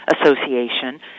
association